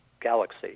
galaxy